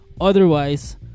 otherwise